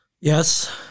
yes